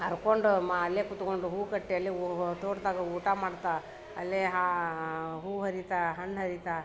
ಹರ್ಕೊಂಡ್ ಮಾ ಅಲ್ಲೇ ಕುತ್ಕೊಂಡು ಹೂ ಕಟ್ಟಿ ಅಲ್ಲೇ ಓ ತೋಟದಾಗ ಊಟ ಮಾಡ್ತಾ ಅಲ್ಲೇ ಹೂ ಹರೀತಾ ಹಣ್ಣು ಹರೀತಾ